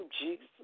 Jesus